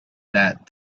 that